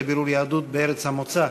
לבירור יהדות בארץ המוצא,